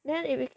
then it be~